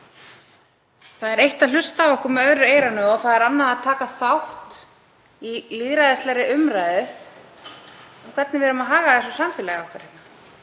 Það er eitt að hlusta á okkur með öðru eyranu og annað að taka þátt í lýðræðislegri umræðu um það hvernig við ætlum að haga samfélagi okkar, hverjar